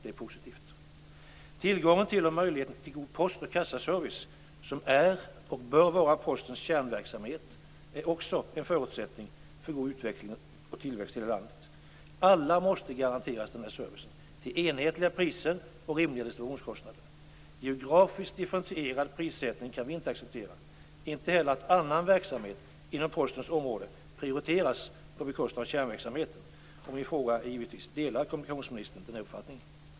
Det är positivt. Tillgången och möjligheten till god post och kassaservice, som är och bör vara postens kärnverksamhet, är också en förutsättning för god utveckling och tillväxt i hela landet. Alla måste garanteras service till enhetliga priser och rimliga distributionskostnader. Geografiskt differentierad prissättning kan vi inte acceptera, inte heller att annan verksamhet inom Postens område prioriteras på bekostnad av kärnverksamheten. Min fråga är givetvis: Delar kommunikationsministern den uppfattningen?